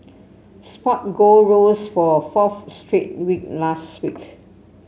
spot gold rose for a fourth straight week last week